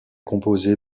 composée